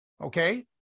Okay